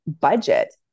budget